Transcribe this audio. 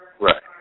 right